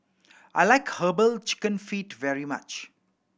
I like Herbal Chicken Feet very much